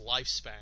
lifespan